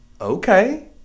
Okay